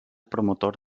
promotor